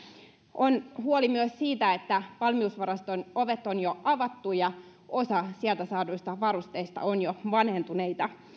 on huoli myös siitä että valmiusvaraston ovet on jo avattu ja osa sieltä saaduista varusteista on jo vanhentuneita